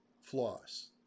floss